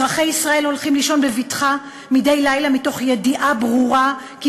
אזרחי ישראל הולכים לישון בבטחה מדי לילה מתוך ידיעה ברורה כי